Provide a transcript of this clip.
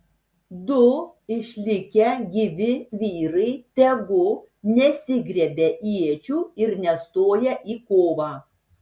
du išlikę gyvi vyrai tegu nesigriebia iečių ir nestoja į kovą